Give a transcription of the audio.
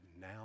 now